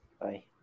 Bye